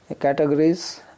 categories